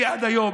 אני עד היום,